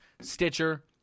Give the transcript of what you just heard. Stitcher